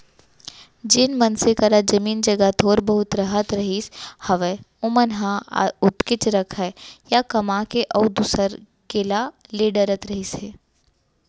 जेन मनसे करा जमीन जघा थोर बहुत रहत रहिस हावय ओमन ह ओतकेच रखय या कमा के अउ दूसर के ला ले डरत रहिस हे